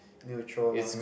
neutral lah